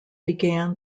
began